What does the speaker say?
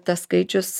tas skaičius